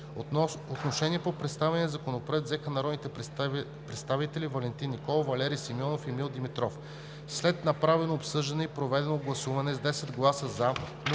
Отношение по представения законопроект взеха народните представители Валентин Николов, Валери Симеонов и Емил Димитров. След направеното обсъждане и проведеното гласуване: с 10 гласа „за“,